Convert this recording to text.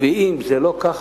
ואם זה לא כך,